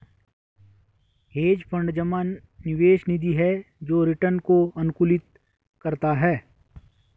hedge fund जमा निवेश निधि है जो रिटर्न को अनुकूलित करता है